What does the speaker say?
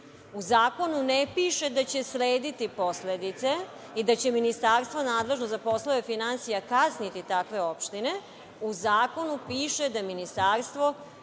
U zakonu ne piše da će slediti posledice i da će ministarstva nadležno za poslove finansija kazniti takve opštine. U zakonu piše da ministarstvo